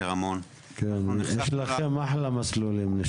יש לכם אחלה מסלולים.